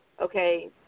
okay